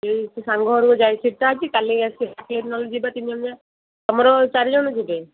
ସିଏ ସେଇ ସାଙ୍ଗ ଘରକୁ ଯାଇଛି ତ କାଲି ଆସିବ ନହେଲେ ଯିବା ତିନି ଜଣ ଯାକ ତମର ଚାରି ଜଣ ଯିବେ